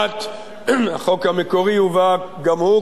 החוק המקורי הובא גם הוא כהוראת שעה,